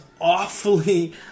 awfully